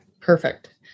perfect